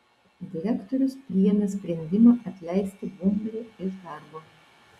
direktorius priėmė sprendimą atleisti bumblį iš darbo